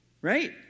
Right